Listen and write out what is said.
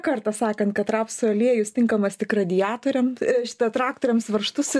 kartą sakant kad rapsų aliejus tinkamas tik radiatoriam šita traktoriams varžtus